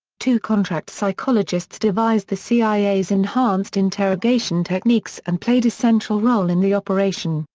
two contract psychologists devised the cia's enhanced interrogation techniques and played a central role in the operation,